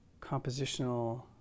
compositional